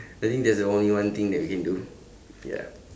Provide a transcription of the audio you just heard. I think that's the only one thing that we can do ya